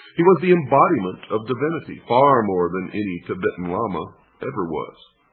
he was the embodiment of divinity, far more than any tibetan lama ever was.